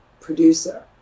producer